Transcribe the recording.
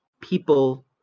people